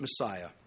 Messiah